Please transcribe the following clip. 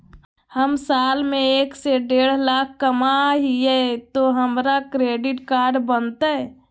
हम साल में एक से देढ लाख कमा हिये तो हमरा क्रेडिट कार्ड बनते?